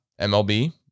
MLB